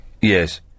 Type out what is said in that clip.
Yes